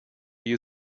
you